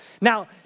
Now